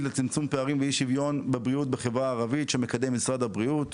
לצמצום פערים ואי שוויון בחברה הערבית שמקדם משרד הבריאות,